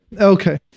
okay